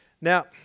now